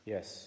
Yes